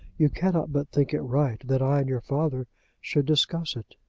you cannot but think it right that i and your father should discuss it.